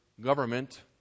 government